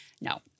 no